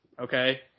Okay